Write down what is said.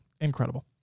Incredible